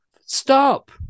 Stop